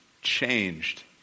changed